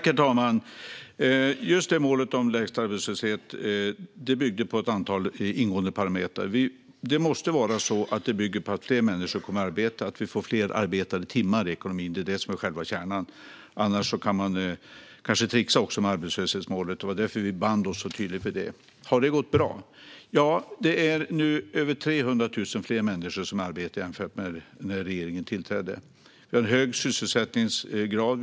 Herr talman! Just målet om EU:s lägsta arbetslöshet byggde på ett antal ingående parametrar. Det måste bygga på att fler människor kommer i arbete, att vi får fler arbetade timmar i ekonomin. Det är det som är själva kärnan; annars kan man trixa med arbetslöshetsmålet. Det var därför som vi band oss så tydligt vid detta. Har det gått bra? Ja, det är nu över 300 000 fler människor som är i arbete jämfört med när regeringen tillträdde, och vi har en hög sysselsättningsgrad.